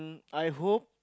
I hope